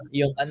yung